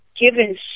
given